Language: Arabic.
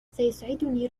سيسعدني